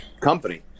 company